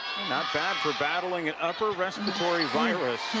not bad for battling an upper respiratory virus